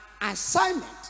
assignment